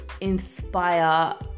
inspire